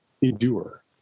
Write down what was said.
endure